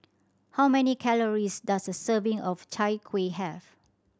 how many calories does a serving of Chai Kuih have